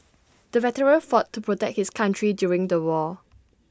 the veteran fought to protect his country during the war